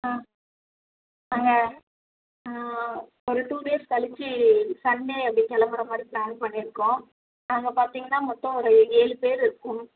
ஆ நாங்கள் ஒரு two days கழிச்சி சண்டே அப்படி கிளம்புற மாதிரி ப்ளான் பண்ணியிருக்கோம் நாங்கள் பார்த்தீங்கன்னா மொத்தம் ஒரு ஏழு பேர் இருக்கோம்